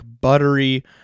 buttery